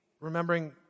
remembering